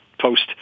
post